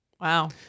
Wow